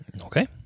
Okay